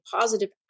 positive